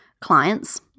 clients